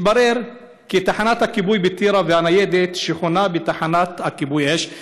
התברר כי תחנת הכיבוי בטירה והניידת שחונה בתחנת כיבוי האש,